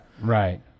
Right